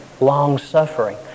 long-suffering